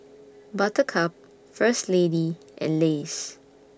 Buttercup First Lady and Lays